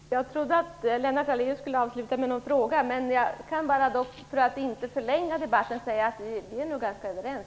Fru talman! Jag trodde att Lennart Daléus skulle avsluta med en fråga. För att inte förlänga debatten kan jag säga att vi är ganska överens.